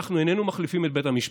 אנחנו איננו מחליפים את בית המשפט.